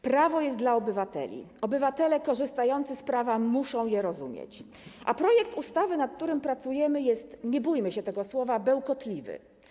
Prawo jest dla obywateli, obywatele korzystający z prawa muszą je rozumieć, a projekt ustawy, nad którym pracujemy, jest, nie bójmy się tego słowa, bełkotliwy.